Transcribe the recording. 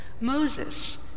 Moses